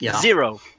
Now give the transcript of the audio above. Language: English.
Zero